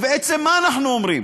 בעצם, מה אנחנו אומרים?